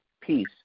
peace